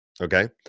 Okay